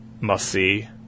must-see